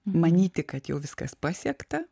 manyti kad jau viskas pasiekta